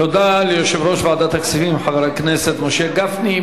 תודה ליושב-ראש ועדת הכספים, חבר הכנסת משה גפני.